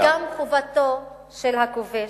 זאת גם חובתו של הכובש.